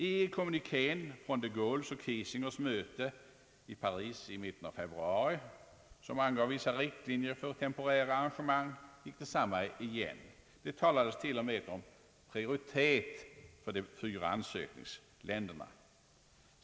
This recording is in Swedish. I kommunikén från de Gaulles och Kiesingers möte i Paris i mitten av februari, som angav vissa riktlinjer för temporära arrangemang, gick detsamma igen; det talades t.o.m. om prioritet för de fyra ansökningsländerna.